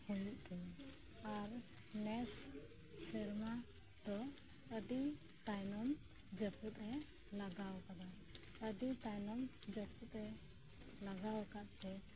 ᱦᱩᱭᱩᱜ ᱛᱤᱧᱟᱹ ᱟᱨ ᱱᱮᱥ ᱥᱮᱨᱢᱟ ᱫᱚ ᱟᱹᱰᱤ ᱛᱟᱭᱱᱚᱢ ᱡᱟᱹᱯᱩᱛ ᱮ ᱞᱟᱜᱟᱣ ᱟᱠᱟᱫᱟ ᱟᱹᱰᱤ ᱛᱟᱭᱱᱚᱢ ᱡᱟᱹᱯᱩᱫ ᱮ ᱞᱟᱜᱟᱣ ᱟᱠᱟᱫ ᱛᱮ